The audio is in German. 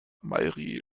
mairie